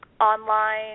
online